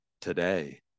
today